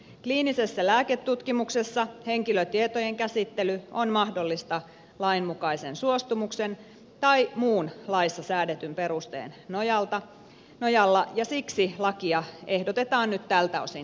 kliinisessä lääketutkimuksessa henkilötietojen käsittely on mahdollista lain mukaisen suostumuksen tai muun laissa säädetyn perusteen nojalla ja siksi lakia ehdotetaan nyt tältä osin täydennettäväksi